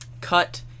cut